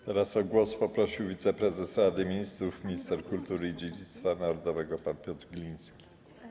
Teraz o głos poprosił wiceprezes Rady Ministrów, minister kultury i dziedzictwa narodowego pan Piotr Gliński.